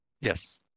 Yes